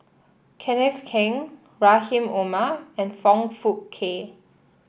Kenneth Keng Rahim Omar and Foong Fook Kay